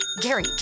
Gary